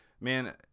man